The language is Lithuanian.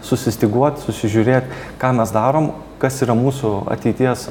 susistyguot susižiūrėt ką mes darom kas yra mūsų ateities